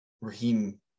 Raheem